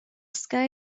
sky